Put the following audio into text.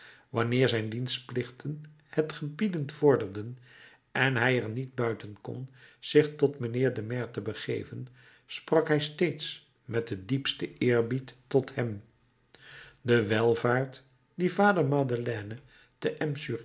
wanneer zijn dienstplichten het gebiedend vorderden en hij er niet buiten kon zich tot mijnheer den maire te begeven sprak hij steeds met den diepsten eerbied tot hem de welvaart die vader madeleine te